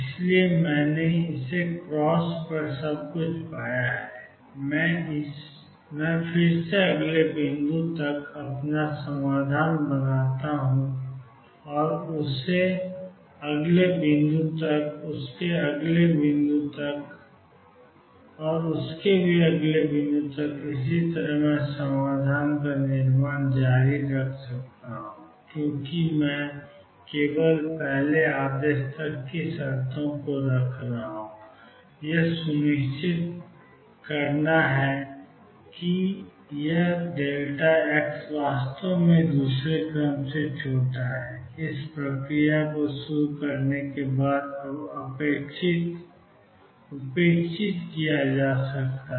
इसलिए मैंने इस क्रॉस पर सब कुछ पाया मैं फिर से अगले बिंदु तक अपना समाधान बनाता हूं और उस से अगले बिंदु तक उस से अगले बिंदु तक उस से अगले बिंदु तक और इसी तरह मैं समाधान का निर्माण जारी रख सकता हूं क्योंकि मैं केवल पहले आदेश तक की शर्तों को रख रहा हूं मुझे यह सुनिश्चित करना है कि यह xवास्तव में दूसरे क्रम में छोटा है इस प्रक्रिया को शुरू करने के बाद अब उपेक्षित किया जा सकता है